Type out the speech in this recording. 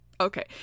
Okay